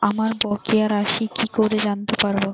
আমার বকেয়া রাশি কি করে জানতে পারবো?